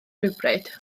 rhywbryd